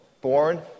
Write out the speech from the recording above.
born